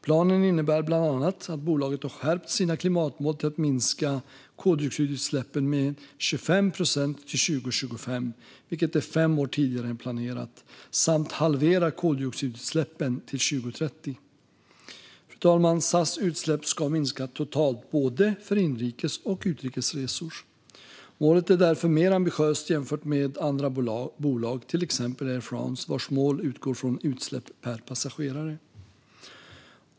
Planen innebär bland annat att bolaget har skärpt sina klimatmål till att minska koldioxidutsläppen med 25 procent till 2025, vilket är fem år tidigare än planerat, samt halvera koldioxidutsläppen till 2030. Fru talman! SAS utsläpp ska minska totalt, både för inrikes och för utrikes resor. Målet är därför mer ambitiöst än de mål som andra bolag har, till exempel Air France, vars mål utgår från utsläpp per passagerare.